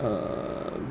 like uh